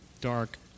dark